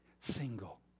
single